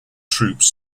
troops